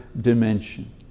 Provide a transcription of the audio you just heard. dimension